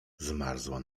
zmarzła